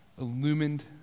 illumined